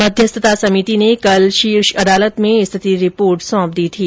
मध्यस्थता समिति ने कल शीर्ष अदालत में स्थिति रिपोर्ट सौंप दी थी